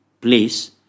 place